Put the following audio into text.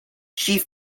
chief